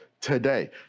today